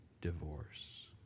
divorce